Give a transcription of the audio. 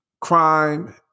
crime